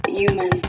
human